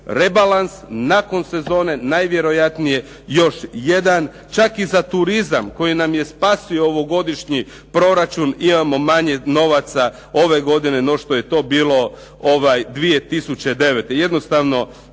rebalans, nakon sezone najvjerojatnije još jedan. Čak i za turizam koji nam je spasio ovogodišnji proračun imamo manje novaca ove godine no što je to bilo 2009. Jednostavno,